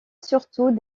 surtout